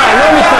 אה, לא מתנגדים.